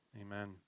Amen